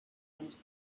into